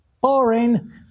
Boring